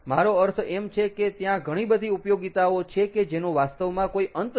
મારો અર્થ એમ છે કે ત્યાં ઘણી બધી ઉપયોગીતાઓ છે કે જેનો વાસ્તવમાં કોઇ અંત નથી